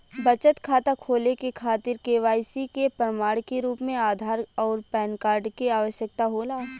बचत खाता खोले के खातिर केवाइसी के प्रमाण के रूप में आधार आउर पैन कार्ड के आवश्यकता होला